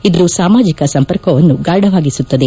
ಇದು ಸಾಮಾಜಿಕ ಸಂಪರ್ಕವನ್ನು ಗಾಢವಾಗಿಸುತ್ತದೆ